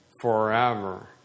forever